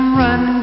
run